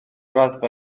raddfa